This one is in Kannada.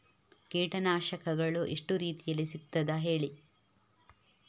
ಕೀಟನಾಶಕಗಳು ಎಷ್ಟು ರೀತಿಯಲ್ಲಿ ಸಿಗ್ತದ ಹೇಳಿ